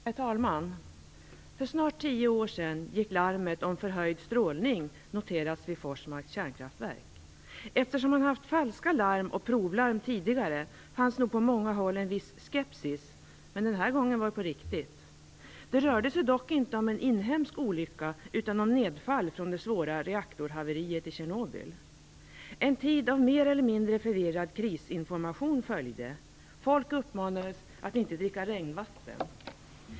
Herr talman! För snart tio år sedan gick larmet att förhöjd strålning hade noterats vid Forsmarks kärnkraftverk. Eftersom man hade haft falska larm och provlarm tidigare fanns det nog på många håll en viss skepsis, men den här gången var det på riktigt. Det rörde sig dock inte om en inhemsk olycka utan om nedfall från det svåra reaktorhaveriet i Tjernobyl. En tid av mer eller mindre förvirrad krisinformation följde. Folk uppmanades att inte dricka regnvatten.